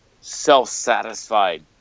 self-satisfied